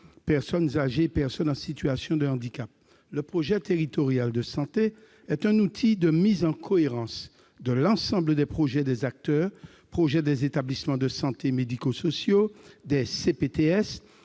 personnes âgées et des personnes en situation de handicap. Le projet territorial de santé est un outil de mise en cohérence de l'ensemble des projets des acteurs- que ce soient les projets des établissements de santé et médico-sociaux, des CPTS